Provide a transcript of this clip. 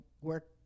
work